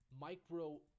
micro